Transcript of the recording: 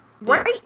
Right